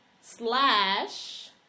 slash